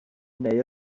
neu